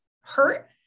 hurt